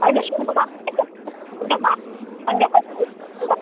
होइन सुन्नुमा